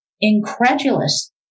Incredulous